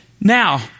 Now